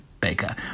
Baker